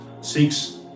six